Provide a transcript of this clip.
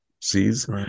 sees